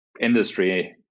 industry